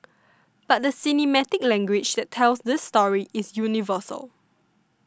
but the cinematic language that tells this story is universal